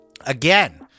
again